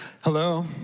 Hello